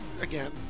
Again